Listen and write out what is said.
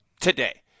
today